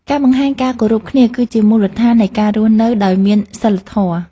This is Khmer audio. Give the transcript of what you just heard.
ការបង្ហាញការគោរពគ្នាគឺជាមូលដ្ឋាននៃការរស់នៅដោយមានសីលធម៌។